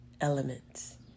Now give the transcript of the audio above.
elements